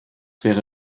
wäre